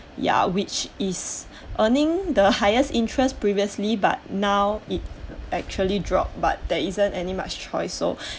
ya which is earning the highest interest previously but now it actually drop but there isn't any much choice so